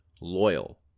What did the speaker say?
loyal